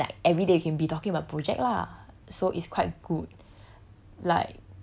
I mean like everyday can be talking about project lah so is quite good